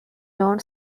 non